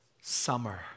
summer